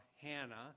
Hannah